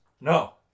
No